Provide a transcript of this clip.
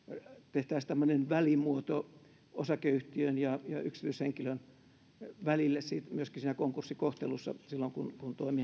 tehtäisiin tämmöinen välimuoto osakeyhtiön ja ja yksityishenkilön välille myöskin siinä konkurssikohtelussa silloin kun